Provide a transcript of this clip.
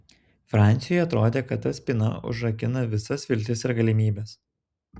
franciui atrodė kad ta spyna užrakina visas viltis ir galimybes